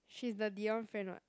she's the Dion friend [what]